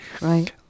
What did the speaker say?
Right